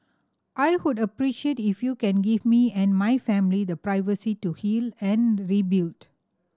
I would appreciate if you can give me and my family the privacy to heal and rebuild